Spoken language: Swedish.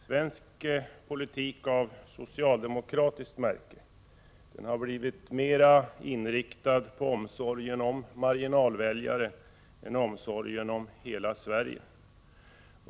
Svensk politik av socialdemokratiskt märke har blivit mer inriktad på omsorgen om marginalväljare än omsorgen om hela Sverige.